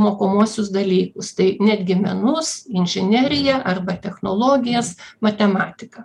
mokomuosius dalykus tai netgi menus inžineriją arba technologijas matematiką